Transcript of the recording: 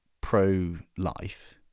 pro-life